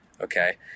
okay